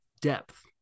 depth